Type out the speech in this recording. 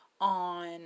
on